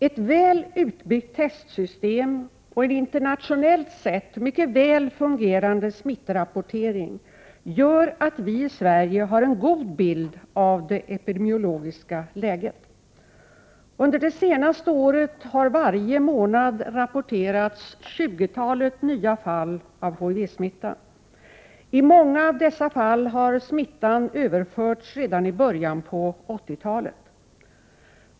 Ett väl utbyggt testsystem och en internationellt sett mycket väl fungerande smittrapportering gör att vi i Sverige har en god bild av det epidemiologiska läget. Under det senaste året har varje månad rapporterats ett tjugotal nya fall av HIV-smitta. I många av dessa fall har smittan överförts redan i början av 80-talet.